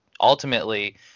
ultimately